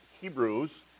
Hebrews